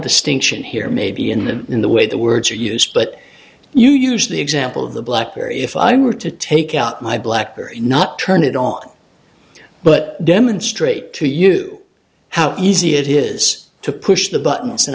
distinction here maybe in the in the way the words are used but you use the example of the blackberry if i were to take out my blackberry not turn it on but demonstrate to you how easy it is to push the buttons and